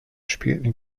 spielten